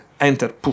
enter